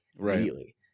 immediately